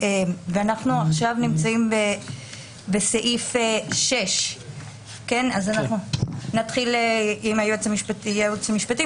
אנחנו עכשיו נמצאים בסעיף 6. היועץ המשפטי,